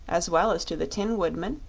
as well as to the tin woodman,